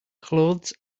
clothes